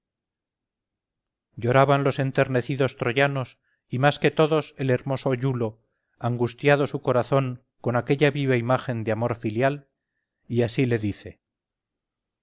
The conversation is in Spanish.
lloraban los enternecido troyanos y más que todos el hermoso iulo angustiado su corazón por aquella viva imagen de amor filial y así le dice